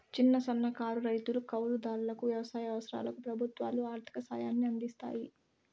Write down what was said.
చిన్న, సన్నకారు రైతులు, కౌలు దారులకు వ్యవసాయ అవసరాలకు ప్రభుత్వాలు ఆర్ధిక సాయాన్ని అందిస్తాయి